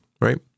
right